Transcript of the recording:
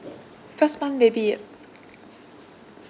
first month baby